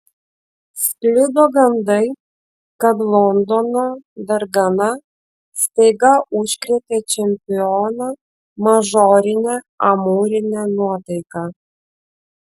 sklido gandai kad londono dargana staiga užkrėtė čempioną mažorine amūrine nuotaika